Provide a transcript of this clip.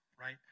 right